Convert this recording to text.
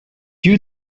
you